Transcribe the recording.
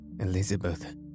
Elizabeth